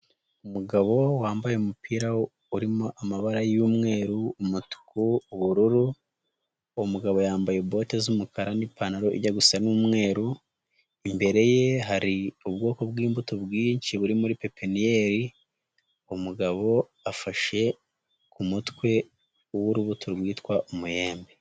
Umugabo wambaye umupira urimo amabara y'umweru umutuku, ubururu uwo mugabo yambaye bote z'umukara n'ipantaro ijya gusa n'umweru, imbere ye hari ubwoko bw'imbuto bwinshi buri muri pipiniyeri, umugabo afashe ku mutwe w'urubuto rwitwa umwembe.